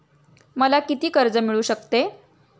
मला किती कर्ज मिळू शकते?